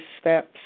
steps